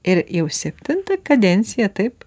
ir jau septintą kadenciją taip